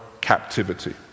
captivity